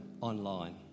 online